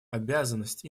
обязанность